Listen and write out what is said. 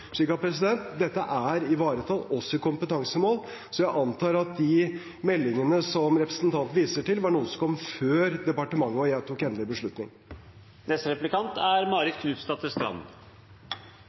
Så dette er ivaretatt også i kompetansemålene. Jeg antar at de meldingene som representanten viser til, kom før departementet og jeg tok en endelig beslutning. Det er